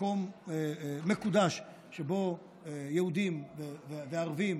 מקום מקודש שבו יהודים וערבים,